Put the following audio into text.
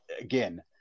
again